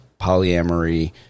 polyamory